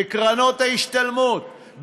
בקרנות ההשתלמות,